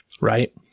right